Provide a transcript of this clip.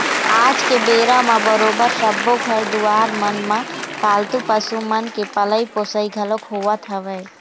आज के बेरा म बरोबर सब्बो घर दुवार मन म पालतू पशु मन के पलई पोसई घलोक होवत हवय